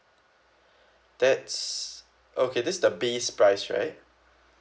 that's okay this is the base price right